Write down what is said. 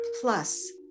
plus